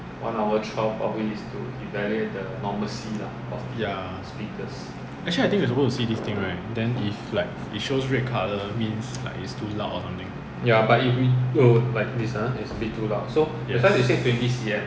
ya actually I think we're suppose to see this thing right then if like it shows red colour means like is too loud or something yes